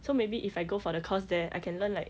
so maybe if I go for the course there I can learn like